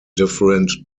different